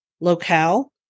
locale